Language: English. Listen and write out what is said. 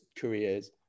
careers